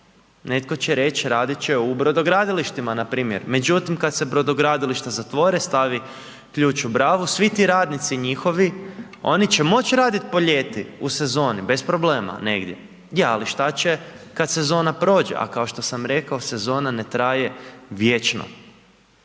Netko će reć radit će u brodogradilištima npr. Međutim, kad se brodogradilišta zatvore, stavi ključ u bravu, svi ti radnici njihovi, oni će moć radit po ljeti u sezoni bez problema negdje, je al šta će kad sezona prođe? A kao što sam rekao, sezona ne traje vječno.